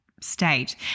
state